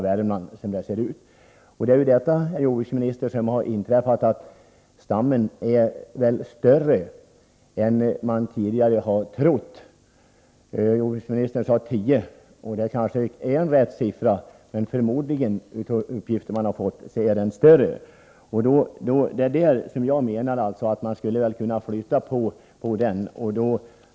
Vad som är ett faktum, herr jordbruksminister, är att stammen är större än man tidigare trott. Jordbruksministern nämnde siffran 10. Kanske är det riktigt. Men förmodligen, att döma av inkomna uppgifter, är stammen större än så.